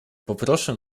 poproszę